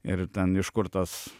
ir ten iš kur tas